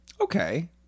Okay